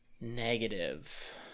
Negative